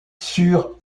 sur